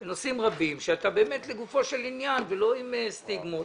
בנושאים רבים שאתה באמת לגופו של עניין ולא עם סטיגמות.